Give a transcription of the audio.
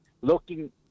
Looking